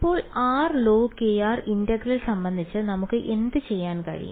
അപ്പോൾ r log integral സംബന്ധിച്ച് നമുക്ക് എന്തുചെയ്യാൻ കഴിയും